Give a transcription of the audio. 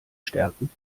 stärken